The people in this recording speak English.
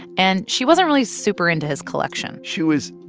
and she wasn't really super into his collection she was